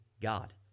God